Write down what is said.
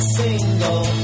single